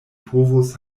povos